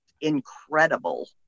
incredible